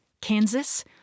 Kansas